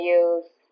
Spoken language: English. use